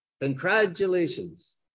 Congratulations